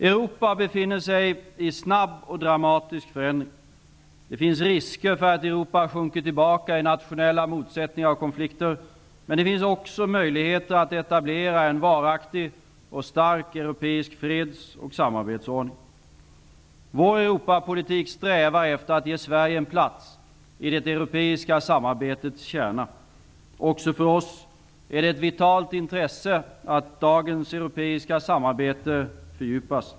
Europa befinner sig i snabb och dramatisk förändring. Det finns risker för att Europa sjunker tillbaka i nationella motsättningar och konflikter. Men det finns också möjligheter att etablera en varaktig och stark europeisk freds och samarbetsordning. Vår Europapolitik strävar efter att ge Sverige en plats i det europeiska samarbetets kärna. Också för oss är det ett vitalt intresse att dagens europeiska samarbete fördjupas.